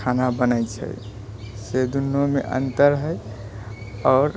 खाना बनै छै से दुनूमे अन्तर हइ आओर